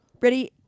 Ready